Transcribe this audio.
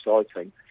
exciting